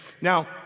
Now